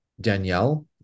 Danielle